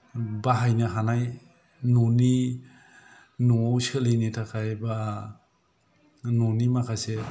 बाहायनो हानाय न'नि न'आव सोलिनो थाखाय बा न'नि माखासे